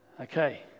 Okay